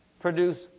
produce